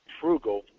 frugal